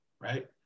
right